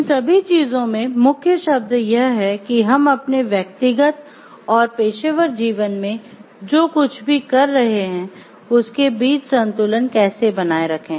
इन सभी चीजों में मुख्य शब्द यह है कि हम अपने व्यक्तिगत और पेशेवर जीवन में जो कुछ भी कर रहे हैं उसके बीच संतुलन कैसे बनाए रखें